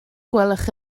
gwelwch